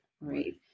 right